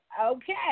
Okay